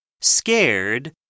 scared